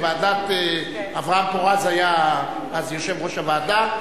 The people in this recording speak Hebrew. ואברהם פורז היה אז יושב-ראש הוועדה.